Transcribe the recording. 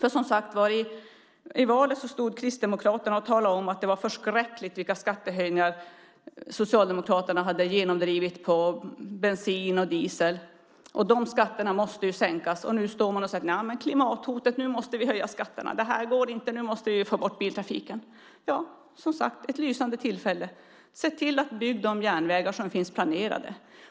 I valet stod som sagt var Kristdemokraterna och talade om att det var förskräckligt vilka skattehöjningar Socialdemokraterna hade genomdrivit på bensin och diesel. De skatterna måste sänkas. Nu står man och talar om klimathotet. Nu måste vi höja skatterna, det här går inte. Nu måste vi få bort biltrafiken. Ja, som sagt, det här är ett lysande tillfälle. Se till att bygga de järnvägar som finns planerade.